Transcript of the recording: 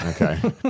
okay